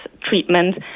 treatment